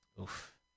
Oof